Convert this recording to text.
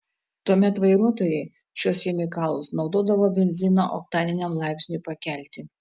tuomet vairuotojai šiuos chemikalus naudodavo benzino oktaniniam laipsniui pakelti